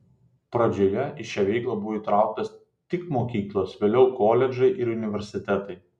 pradžioje į šią veiklą buvo įtrauktos tik mokyklos vėliau koledžai ir universitetai